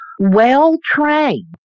well-trained